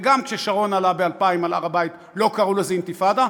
וגם כששרון עלה ב-2000 להר-הבית לא קראו לזה אינתיפאדה,